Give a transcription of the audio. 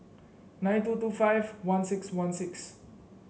nine two two five one six one six